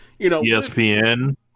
ESPN